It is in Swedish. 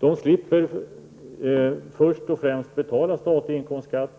De slipper först och främst att betala statlig inkomstskatt